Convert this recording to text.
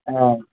হ্যাঁ